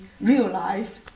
realized